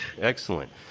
Excellent